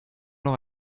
noch